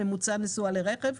ממוצע הנסועה לרכב,